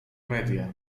media